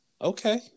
Okay